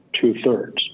two-thirds